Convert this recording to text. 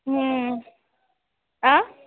आं